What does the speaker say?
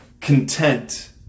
Content